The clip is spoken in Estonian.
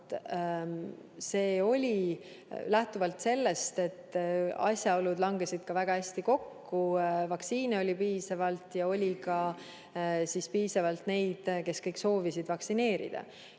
See tulenes sellest, et asjaolud langesid väga hästi kokku: vaktsiine oli piisavalt ja oli piisavalt ka neid, kes soovisid vaktsineerida.